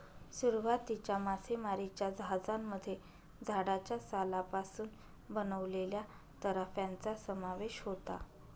सुरुवातीच्या मासेमारीच्या जहाजांमध्ये झाडाच्या सालापासून बनवलेल्या तराफ्यांचा समावेश होता